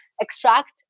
extract